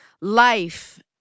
life